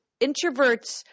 introverts